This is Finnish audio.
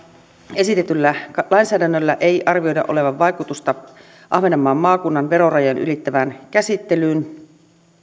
esitetyllä lainsäädännöllä ei arvioida olevan vaikutusta ahvenanmaan maakunnan verorajan ylittävään käsittelyyn